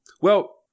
Well-